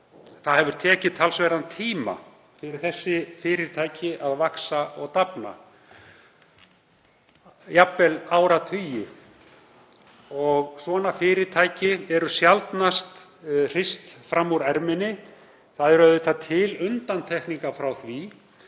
það hefur tekið talsverðan tíma fyrir þessi fyrirtæki að vaxa og dafna, jafnvel áratugi. Svona fyrirtæki eru sjaldnast hrist fram úr erminni. Það eru auðvitað til undantekningar frá því